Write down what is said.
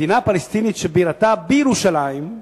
מדינה פלסטינית שבירתה בירושלים,